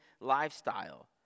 lifestyle